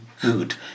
good